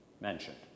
mentioned